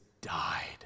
died